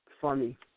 funny